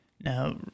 Now